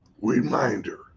Reminder